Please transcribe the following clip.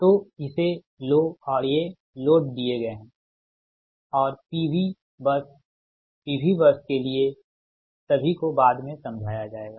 तो इसे लो और ये लोड दिए गए हैं और P P Q bus P V bus के लिए सभी को बाद में समझाया जाएगा